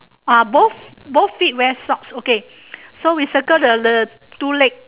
ah both both feet wear socks okay so we circle the the two leg